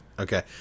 Okay